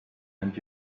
and